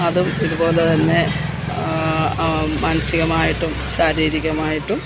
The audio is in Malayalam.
അതും ഇതുപോലെ തന്നെ മാനസികമായിട്ടും ശാരീരികമായിട്ടും